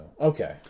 Okay